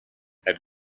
had